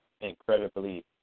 incredibly